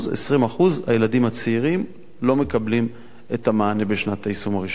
20% הילדים הצעירים לא מקבלים את המענה בשנת היישום הראשונה.